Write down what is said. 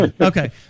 Okay